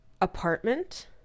apartment